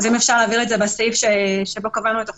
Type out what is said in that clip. אם אפשר, להבהיר את זה בסעיף שבו קבענו את החובה.